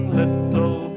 little